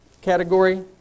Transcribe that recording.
category